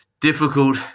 difficult